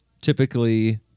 typically